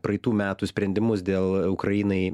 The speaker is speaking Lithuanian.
praeitų metų sprendimus dėl ukrainai